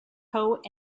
monks